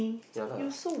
yeah lah